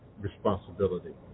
responsibility